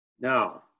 Now